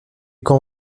quand